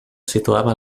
situava